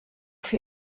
für